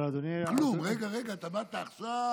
אבל אדוני, רגע, רגע, אתה באת עכשיו.